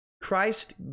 Christ